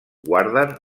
guarden